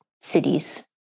cities